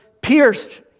pierced